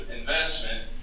investment